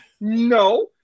No